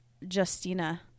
Justina